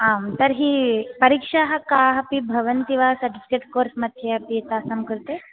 आं तर्हि परीक्षाः काः अपि भवन्ति वा सर्टिफ़िकेट् कोर्स् मध्ये अपि तासां कृते